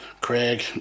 craig